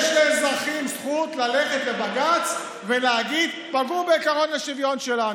יש לאזרחים זכות ללכת לבג"ץ ולהגיד: פגעו בעקרון השוויון שלנו.